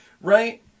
right